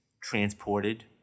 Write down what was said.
transported